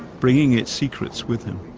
bringing its secrets with him.